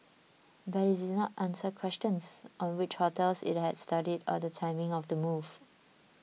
but it did not answer questions on which hotels it had studied or the timing of the move